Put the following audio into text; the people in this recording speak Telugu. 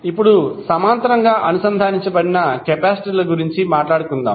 ఇప్పుడు సమాంతరంగా అనుసంధానించబడిన కెపాసిటర్ల గురించి మాట్లాడుదాం